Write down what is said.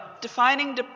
defining